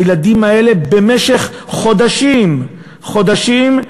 הילדים האלה, במשך חודשים, חודשים,